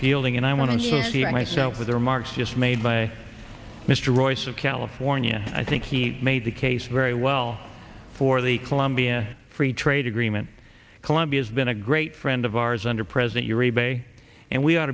feeling and i want to associate myself with the remarks just made by mr royce of california i think he made the case very well for the colombia free trade agreement colombia's been a great friend of ours under present your e bay and we ought